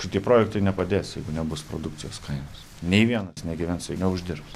šitie projektai nepadės jeigu nebus produkcijos kainos nei vienas negyvens ir neuždirbs